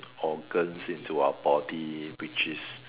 organs into our body which is